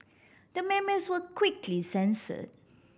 the memes were quickly censor